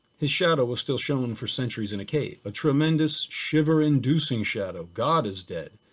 his shadow was still shown for centuries in a cave, a tremendous shiver inducing shadow, god is dead.